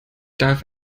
darf